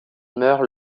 meurt